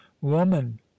woman